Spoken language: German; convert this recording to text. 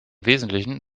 wesentlichen